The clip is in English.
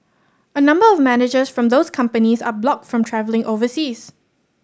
a number of managers from those companies are blocked from travelling overseas